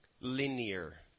linear